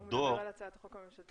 --- הוא מדבר על הצעת החוק הממשלתית.